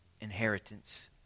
inheritance